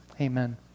Amen